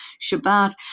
Shabbat